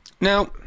Now